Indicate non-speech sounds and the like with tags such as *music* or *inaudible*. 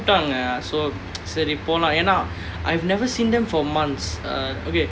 அவங்க:avanga ya so *noise* சரி போலாம்:sari polaam I've never seen them for months uh okay